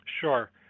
Sure